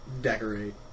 decorate